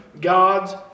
God's